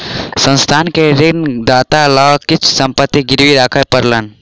संस्थान के ऋणदाता लग किछ संपत्ति गिरवी राखअ पड़लैन